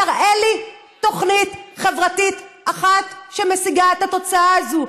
תראה לי תוכנית חברתית אחת שמשיגה את התוצאה הזו: